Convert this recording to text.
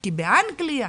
כי באנגלייה